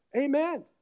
Amen